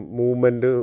movement